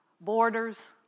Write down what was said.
borders